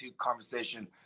conversation